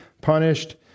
punished